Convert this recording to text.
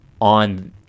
on